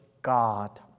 God